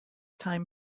time